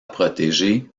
protéger